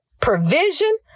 provision